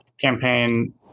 campaign